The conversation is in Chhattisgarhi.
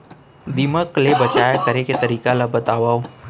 दीमक ले बचाव करे के तरीका ला बतावव?